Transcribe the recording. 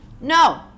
No